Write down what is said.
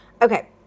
Okay